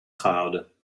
gehouden